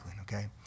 okay